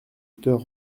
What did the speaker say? docteur